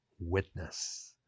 witness